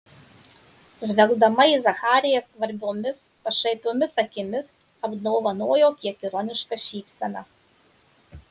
žvelgdama į zachariją skvarbiomis pašaipiomis akimis apdovanojo kiek ironiška šypsena